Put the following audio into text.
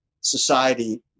society